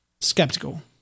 skeptical